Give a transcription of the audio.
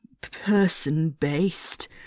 person-based